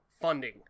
funding